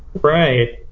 Right